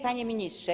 Panie Ministrze!